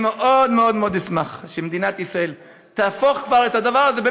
אני מאוד מאוד אשמח שמדינת ישראל תהפוך כבר את הדבר הזה,